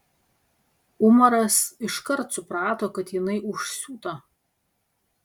umaras iškart suprato kad jinai užsiūta